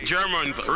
Germans